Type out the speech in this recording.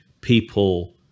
people